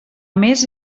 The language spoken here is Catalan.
més